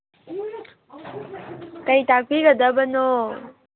ꯀꯔꯤ ꯇꯥꯛꯄꯤꯒꯗꯕꯅꯣ